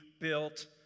built